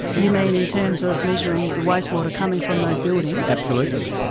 you mean in terms of measuring the wastewater coming from those buildings? absolutely.